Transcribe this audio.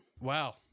Wow